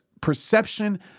perception